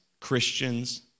Christians